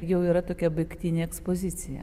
jau yra tokia baigtinė ekspozicija